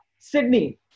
Sydney